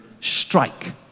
strike